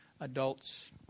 adults